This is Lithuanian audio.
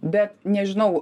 bet nežinau